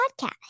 Podcast